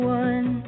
one